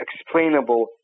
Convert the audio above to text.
explainable